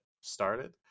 started